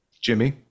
Jimmy